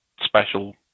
special